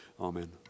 Amen